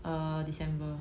err december